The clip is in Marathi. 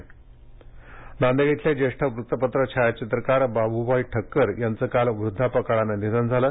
निधन नांदेड नांदेड इथले जेष्ठ वृत्तपत्र छायाचित्रकार बाबुभाई ठक्कर यांचं काल वृद्धापकाळानं निधन झाले